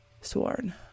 sworn